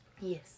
Yes